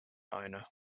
owner